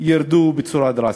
ירדו בצורה דרסטית.